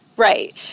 Right